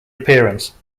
appearance